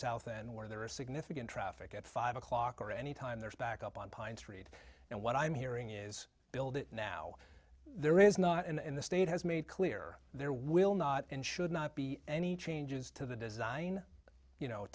south and where there is significant traffic at five o'clock or any time there's back up on pine street and what i'm hearing is build it now there is not in the state has made clear there will not and should not be any changes to the design you know